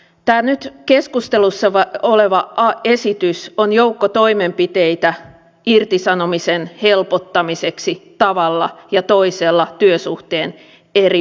tämä nyt keskustelussa oleva esitys on joukko toimenpiteitä irtisanomisen helpottamiseksi tavalla ja toisella työsuhteen eri vaiheissa